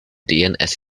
dns